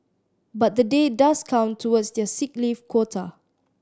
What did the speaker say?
but the day does count towards their sick leave quota